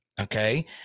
okay